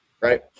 right